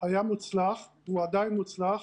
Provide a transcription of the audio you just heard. היה מוצלח, הוא עדיין מוצלח.